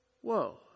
Whoa